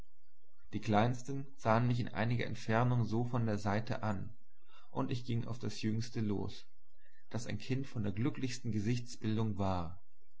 die kleinen sahen mich in einiger entfernung so von der seite an und ich ging auf das jüngste los das ein kind von der glücklichsten gesichtsbildung war